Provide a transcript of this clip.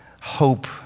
hope